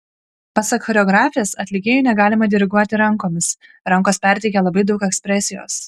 pasak choreografės atlikėjui negalima diriguoti rankomis rankos perteikia labai daug ekspresijos